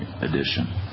Edition